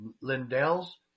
Lindell's